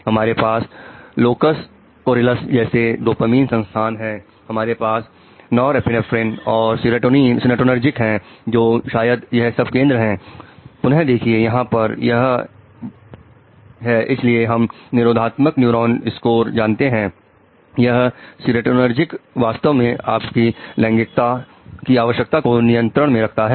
हमारे पास लोकस कोरीलस वास्तव में आपकी लैंगिकता की आवश्यकता को नियंत्रण में रखता है